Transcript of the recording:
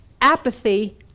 apathy